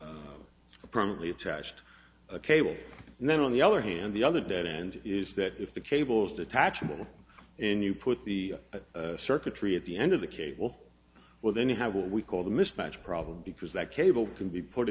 a permanently attached cable and then on the other hand the other dead end is that if the cables detachable and you put the circuitry at the end of the cable well then you have what we call the mismatch problem because that cable can be put